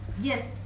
Yes